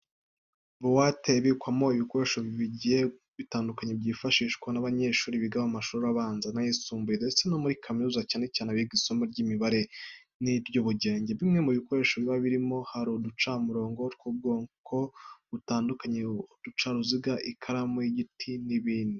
Buwate ibikwamo ibikoresho bigiye bitandukanye byifashishwa n'abanyshuri biga mu mashuri abanza n'ayisumbuye ndetse no muri kaminuza cyane cyane abiga isomo ry'imibare n'iry'ubugenge. Bimwe mu bikoresho biba birimo hari uducamurongo tw'ubwoko butandukanye, uducaruziga, ikaramu y'igiti n'ibindi.